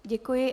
Děkuji.